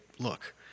look